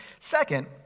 Second